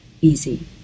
easy